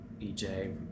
EJ